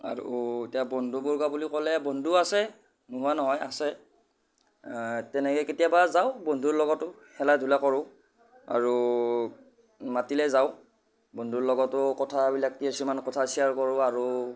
আৰু এতিয়া বন্ধুবৰ্গ বুলি ক'লে বন্ধু আছে নোহোৱা নহয় আছে তেনেকৈ কেতিয়াবা যাওঁ বন্ধুৰ লগতো খেলা ধূলা কৰোঁ আৰু মাতিলে যাওঁ বন্ধুৰ লগতো কথাবিলাক কিছুমান কথা শ্বেয়াৰ কৰোঁ আৰু